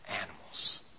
animals